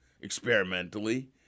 experimentally